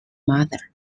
mother